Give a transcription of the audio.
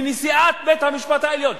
מנשיאת בית-המשפט העליון.